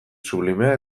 sublimea